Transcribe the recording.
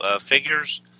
figures